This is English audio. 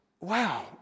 wow